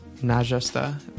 Najesta